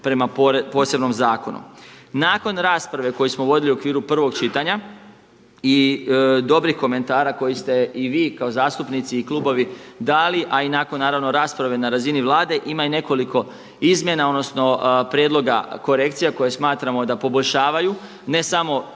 prema posebnom zakonu. Nakon rasprave koju smo vodili u okviru prvog čitanja i dobrih komentara koji ste i vi kao zastupnici i klubovi dali, a i nakon rasprave na razini Vlade, ima i nekoliko izmjena odnosno prijedloga korekcija koje smatramo da poboljšavaju, ne samo tehnički